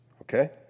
okay